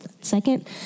second